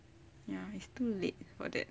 ya it's too late for that